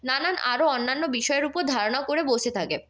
নানান আরও অন্যান্য বিষয়ের উপর ধারণা করে বসে থাকে